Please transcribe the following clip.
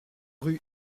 rue